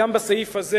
גם בסעיף הזה,